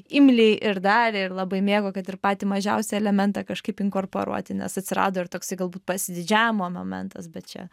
imliai ir darė ir labai mėgo kad ir patį mažiausią elementą kažkaip inkorporuoti nes atsirado ir toksai galbūt pasididžiavimo momentas bet čia